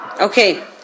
Okay